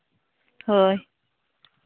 ᱦᱳᱭ